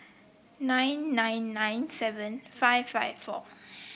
nine nine nine seven five five four